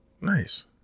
Nice